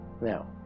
Now